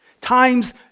times